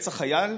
רצח חייל